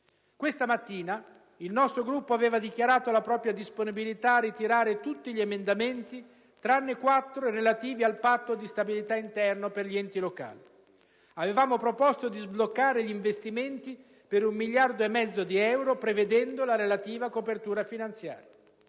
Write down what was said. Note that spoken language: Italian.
Questa mattina il nostro Gruppo aveva dichiarato la propria disponibilità a ritirare tutti gli emendamenti, tranne quattro relativi al Patto di stabilità interno per gli enti locali. Avevamo proposto di sbloccare gli investimenti per 1,5 miliardi di euro, prevedendo la relativa copertura finanziaria.